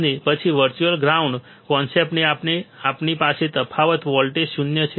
અને પછી virtual ground કોન્સેપ્ટને કારણે આપણી પાસે તફાવત વોલ્ટેજ શૂન્ય છે